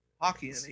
hockey